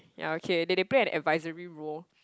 ya okay they they play an advisory role